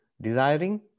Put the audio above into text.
desiring